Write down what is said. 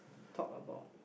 talk about